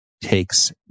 takes